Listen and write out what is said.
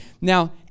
Now